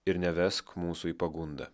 ir nevesk mūsų į pagundą